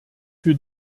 für